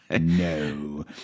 No